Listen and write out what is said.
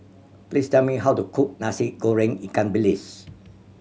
please tell me how to cook Nasi Goreng ikan bilis